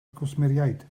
gwsmeriaid